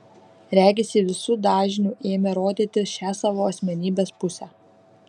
regis ji visu dažniu ėmė rodyti šią savo asmenybės pusę